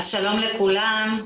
אז שלום לכולם,